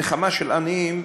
נחמה של עניים,